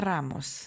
Ramos